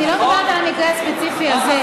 אני לא מדברת על המקרה הספציפי הזה,